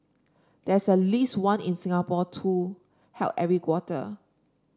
there's at least one in Singapore too held every quarter